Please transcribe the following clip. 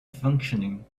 functioning